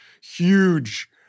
huge